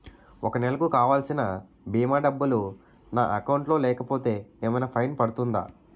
ఒక నెలకు కావాల్సిన భీమా డబ్బులు నా అకౌంట్ లో లేకపోతే ఏమైనా ఫైన్ పడుతుందా?